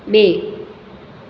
બે